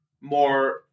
more